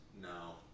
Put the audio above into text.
No